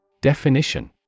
Definition